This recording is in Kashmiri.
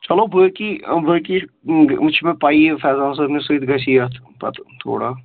چلو باقٕے باقٕے وٕچھ مےٚ پَیی فیضان صٲبنہِ سۭتۍ گژھِ یَتھ پَتہٕ تھوڑا